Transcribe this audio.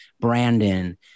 Brandon